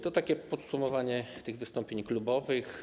To takie podsumowanie wystąpień klubowych.